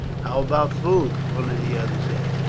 how about food? one of the others asked.